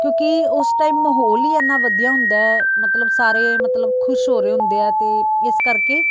ਕਿਉਂਕਿ ਉਸ ਟਾਈਮ ਮਾਹੌਲ ਹੀ ਐਨਾ ਵਧੀਆ ਹੁੰਦਾ ਮਤਲਬ ਸਾਰੇ ਮਤਲਬ ਖੁਸ਼ ਹੋ ਰਹੇ ਹੁੰਦੇ ਆ ਅਤੇ ਇਸ ਕਰਕੇ